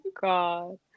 God